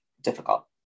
difficult